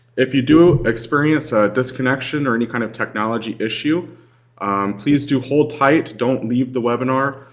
if you do experience a disconnection or any kind of technology issue please do hold tight. don't leave the webinar.